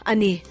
Ani